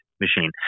machine